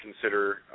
consider